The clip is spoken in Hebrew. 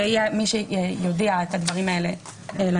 סעיף (ב) זה יהיה מי שיודיע את הדברים האלה לנפגעת.